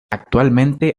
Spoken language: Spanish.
actualmente